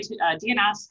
DNS